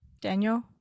Daniel